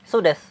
so there's